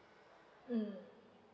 mm